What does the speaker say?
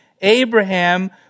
Abraham